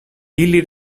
ili